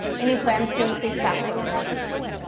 any plans to increase staffing at this point?